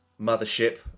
mothership